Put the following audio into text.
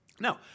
Now